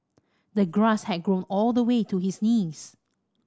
the grass had grown all the way to his knees